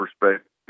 perspective